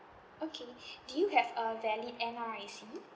okay do you have a valid N_R_I_C